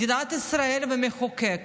מדינת ישראל והמחוקק